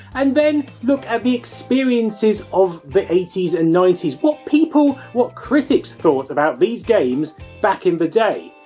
and then look at the experiences of the eighty s and ninety s what people, what critics thought about these games back in the day,